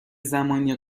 زمانی